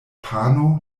pano